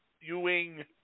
Ewing